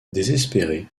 désespérée